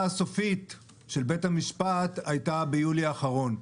הסופית של בית המשפט הייתה ביולי האחרון.